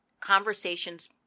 conversations